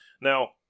Now